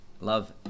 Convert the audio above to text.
love